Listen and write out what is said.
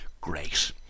great